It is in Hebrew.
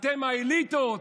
אתם האליטות,